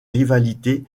rivalité